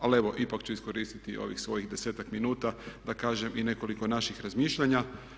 Ali evo ipak ću iskoristiti ovih svojih desetak minuta da kažem i nekoliko naših razmišljanja.